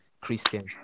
Christian